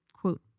quote